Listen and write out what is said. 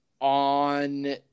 On